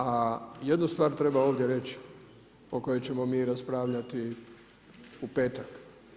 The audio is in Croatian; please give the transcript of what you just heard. A jednu stvar treba ovdje reći o kojoj ćemo mi raspravljati u petak.